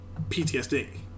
PTSD